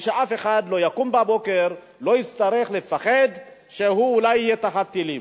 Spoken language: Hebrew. ושאף אחד לא יקום בבוקר ויצטרך לפחד שהוא אולי יהיה תחת טילים.